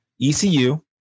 ECU